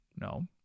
No